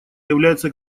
является